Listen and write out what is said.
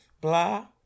blah